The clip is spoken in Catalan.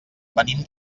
venim